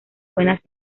buenas